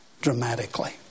dramatically